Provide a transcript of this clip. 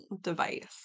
device